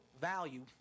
value